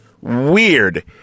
weird